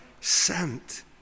sent